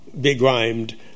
begrimed